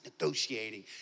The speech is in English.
negotiating